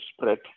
spread